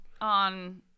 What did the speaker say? on